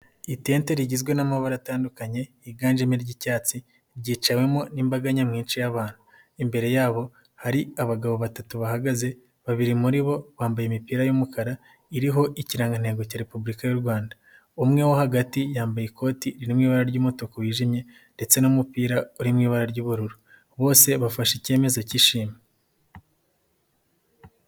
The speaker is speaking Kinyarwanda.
Itente rigizwe n'amabara atandukanye, Riganjemo Iry'icyatsi, ryiciwemo n'imbaga nyamwinshi y'abantu. Imbere yabo hari abagabo batatu bahagaze babiri muri bo bambaye imipira y'umukara iriho ikirangantego cya repubulika y'u Rwanda. Umwe wo hagati yambaye ikoti ririmo ibara ry'umutuku wijimye ndetse n'umupira uri mu ibara ry'ubururu, bose bafashe icyemezo cy'ishimwe.